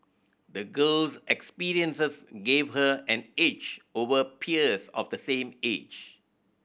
the girl's experiences gave her an edge over peers of the same age